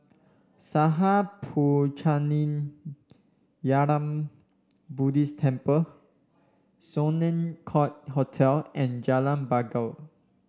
Sattha Puchaniyaram Buddhist Temple Sloane Court Hotel and Jalan Bangau